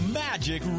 magic